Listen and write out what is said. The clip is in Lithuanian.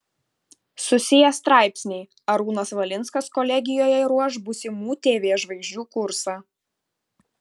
susiję straipsniai arūnas valinskas kolegijoje ruoš būsimų tv žvaigždžių kursą